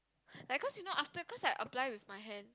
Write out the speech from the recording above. like cause you know after cause I apply with my hand